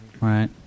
right